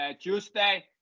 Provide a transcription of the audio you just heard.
Tuesday